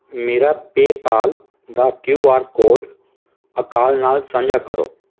ਮੇਰਾ ਪੇਪਾਲ ਦਾ Q R code Akal ਨਾਲ ਸਾਂਝਾ ਕਰੋ